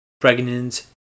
pregnant